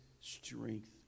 strength